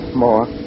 more